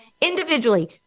individually